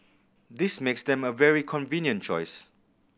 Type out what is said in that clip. this makes them a very convenient choice